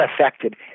affected